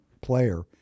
player